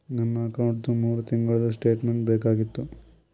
ನನ್ನ ಅಕೌಂಟ್ದು ಮೂರು ತಿಂಗಳದು ಸ್ಟೇಟ್ಮೆಂಟ್ ಬೇಕಾಗಿತ್ತು?